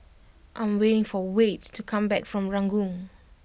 I am waiting for Wayde to come back from Ranggung